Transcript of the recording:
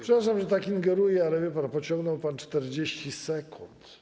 Przepraszam, że tak ingeruję, ale wie pan, pociągnął pan 40 sekund.